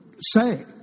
say